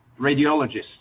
radiologists